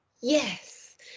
yes